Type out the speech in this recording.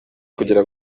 kugira